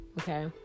okay